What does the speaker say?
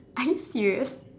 are you serious